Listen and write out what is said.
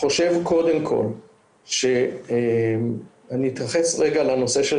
חושב קודם כל שאני אתייחס רגע לנושא של